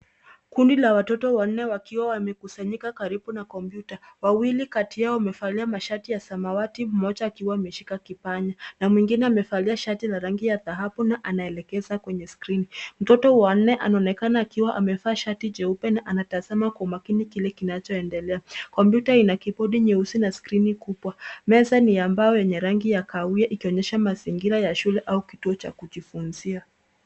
Kundi la watoto wanne wakiwa wamekusanyika karibu na kompyuta. Wawili kati yao wamevalia mashati ya samawati, mmoja akiwa ameshika kipanya. Na mwingine amevalia shati la rangi ya dhahabu na anaelekeza kwenye skrini. Mtoto wa anne anaonekana akiwa amevaa shati jeupe na anatazama kwa umakini kile kinachoendelea. Kompyuta ina kibodi nyeusi na skrini kubwa. Meza ni ya mbao yenye rangi ya kahawia, ikionyesha mazingira ya shule au kituo cha kujivunzia.